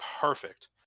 perfect